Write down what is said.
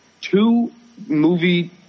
two-movie